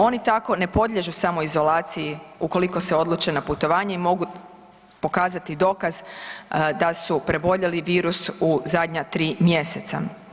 Oni tako ne podliježu samoizolaciji ukoliko se odluče na putovanje i mogu pokazati dokaz da su preboljeli virus u zadnja tri mjeseca.